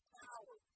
power